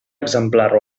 exemplar